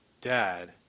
dad